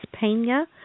Pena